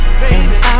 baby